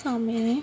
ਸਮੇਂ